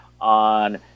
on